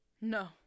No